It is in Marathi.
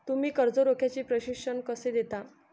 तुम्ही कर्ज रोख्याचे प्रशिक्षण कसे देता?